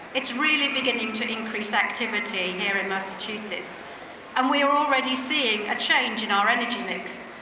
it's really beginning to increase activity here in massachusetts and we are already seeing a change in our energy mix.